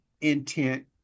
intent